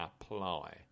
apply